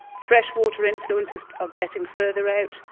fresh water influences are getting further out,